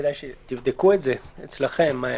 תבדקו את זה אצלכם.